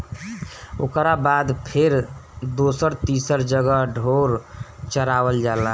ओकरा बाद फेर दोसर तीसर जगह ढोर चरावल जाला